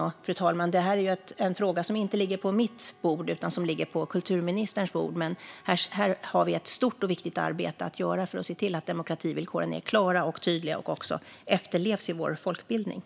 Denna fråga, fru talman, ligger inte på mitt bord utan på kulturministerns. Här har vi dock ett stort och viktigt arbete att göra för att se till att demokrativillkoren är klara och tydliga och också efterlevs inom folkbildningen.